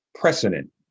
precedent